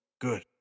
good